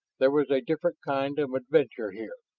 there was a different kind of adventure here.